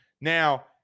Now